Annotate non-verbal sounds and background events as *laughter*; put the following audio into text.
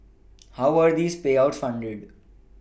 *noise* how were these payouts funded